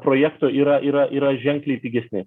projekto yra yra yra ženkliai pigesni